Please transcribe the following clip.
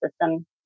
System